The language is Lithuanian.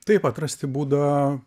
taip atrasti būdą